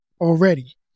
already